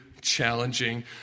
challenging